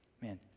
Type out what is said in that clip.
man